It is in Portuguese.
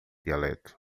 dialeto